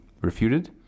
refuted